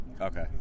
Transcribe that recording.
Okay